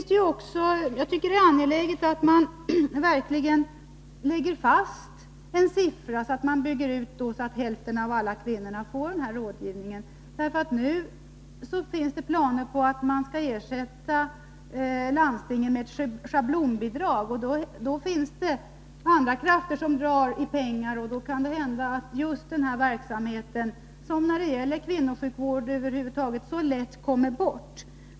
Det är angeläget att man verkligen fastställer en siffra och bygger ut så att hälften av alla kvinnor får denna rådgivning. Nu finns det planer på att ersätta landstingsbidraget med schablonbidrag. Men då drar även andra krafter i pengarna, vilket innebär att just denna verksamhet lätt kommer bort — vilket ofta händer med kvinnosjukvården i allmänhet.